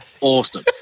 awesome